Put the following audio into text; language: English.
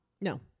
No